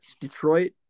Detroit